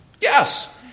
Yes